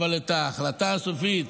אבל את ההחלטה הזאת,